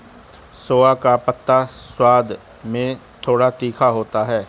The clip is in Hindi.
सोआ का पत्ता स्वाद में थोड़ा तीखा होता है